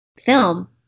film